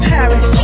Paris